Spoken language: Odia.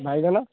ବାଇଗଣ